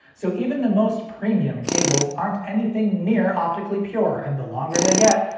so even the most premium cables aren't anything near optically pure and the longer they get,